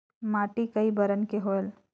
माटी कई बरन के होयल?